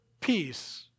peace